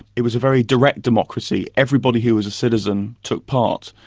it was a very direct democracy everybody who was a citizen took part.